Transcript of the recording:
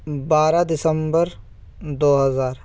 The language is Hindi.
बारह दिसंबर दो हज़ार